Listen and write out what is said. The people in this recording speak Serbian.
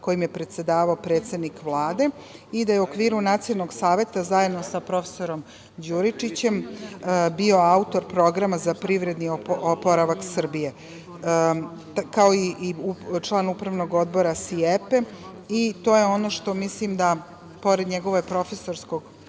kojim je predsedavao predsednik Vlade i da je u okviru Nacionalnog saveta zajedno sa profesorom Đuričićem bio autor programa za privredni oporavak Srbije, kao i član Upravnog odbora SIEP-e. To je ono što mislim da, pored njegovog profesorskog